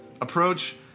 approach